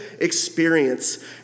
experience